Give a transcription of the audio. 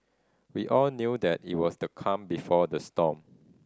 we all knew that it was the calm before the storm